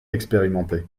expérimenté